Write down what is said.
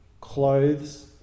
clothes